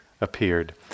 appeared